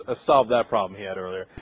ah solve that problem